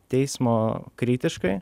teismo kritiškai